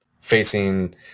facing